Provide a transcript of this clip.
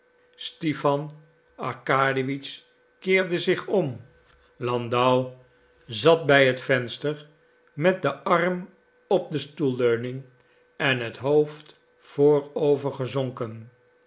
stipan arkadiewitsch keerde zich om landau zat bij het venster met den arm op de stoelleuning en het hoofd